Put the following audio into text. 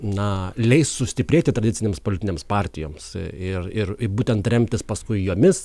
na leis sustiprėti tradicinėms politinėms partijoms ir ir i būtent remtis paskui jomis